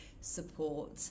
support